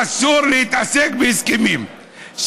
אסור להתעסק בהסכמים,